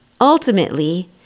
Ultimately